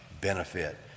benefit